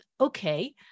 okay